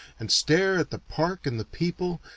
and stare at the park and the people,